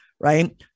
right